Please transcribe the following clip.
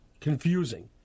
Confusing